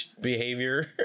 behavior